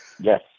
Yes